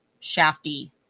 shafty